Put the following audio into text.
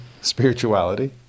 spirituality